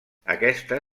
aquesta